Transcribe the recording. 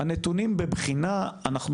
אתה לא הולך לכיוון הנכון.